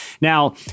Now